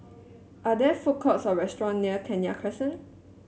are there food courts or restaurants near Kenya Crescent